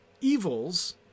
evils